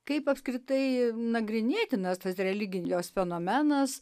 kaip apskritai nagrinėtinas tas religijos fenomenas